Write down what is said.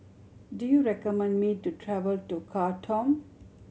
do you recommend me to travel to Khartoum